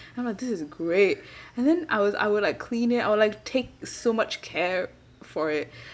I'm like this is great and then I was I will like clean it I will like take so much care for it